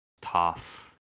Tough